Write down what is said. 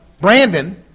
Brandon